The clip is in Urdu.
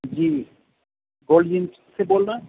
جی گولڈ جیم سے بول رہے ہیں